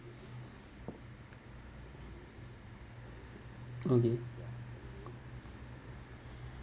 okay